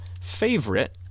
favorite